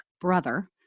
brother